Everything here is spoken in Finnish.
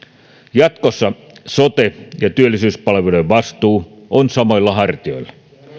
jatkossa sote ja työllisyyspalveluiden vastuu on samoilla hartioilla